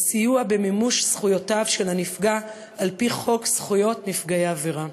וסיוע במימוש זכויות של הנפגע על-פי חוק זכויות נפגעי עבירה.